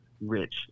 rich